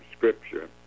scripture